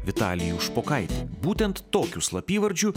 vitalijų špokaitį būtent tokiu slapyvardžiu